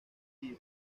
beer